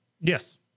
Yes